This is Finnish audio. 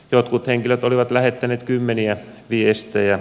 jotkut henkilöt olivat lähettäneet kymmeniä viestejä